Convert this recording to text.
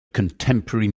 contemporary